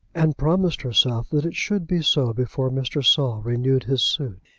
and promised herself that it should be so before mr. saul renewed his suit.